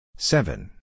Seven